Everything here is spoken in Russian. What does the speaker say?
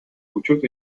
учет